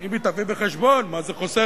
אם היא תביא בחשבון מה זה חוסך,